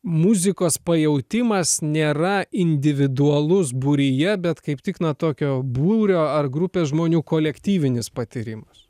muzikos pajautimas nėra individualus būryje bet kaip tik na tokio būrio ar grupės žmonių kolektyvinis patyrimas